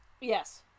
Yes